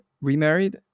remarried